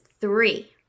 three